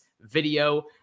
video